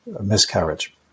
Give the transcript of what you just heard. miscarriage